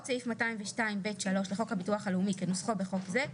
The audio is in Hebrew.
סעיף 202(ב)(3) לחוק הביטוח הלאומי כנוסחו בחוק זה,